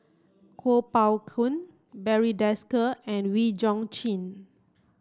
Kuo Pao Kun Barry Desker and Wee Chong Jin